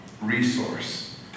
resource